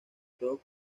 todos